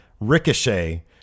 Ricochet